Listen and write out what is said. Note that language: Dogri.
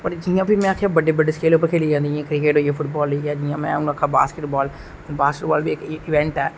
फ्ही जियां में आखेआ बडे़ बडे़ स्केल उप्पर खेली जंदी क्रिकेट होई गेआ फुटबाल होई गेआ जियां में हून आक्खां बासकिटबाल बासकिटवाल बी इक इंबेट ऐ